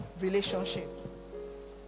relationship